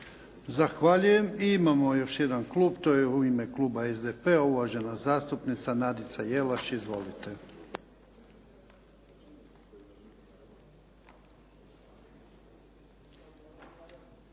Zahvaljujem. Imamo još jedan klub. To je u ime kluba SDP-a, uvažena zastupnica Nadica Jelaš. Izvolite.